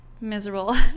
miserable